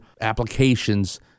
applications